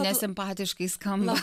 nesimpatiškai skamba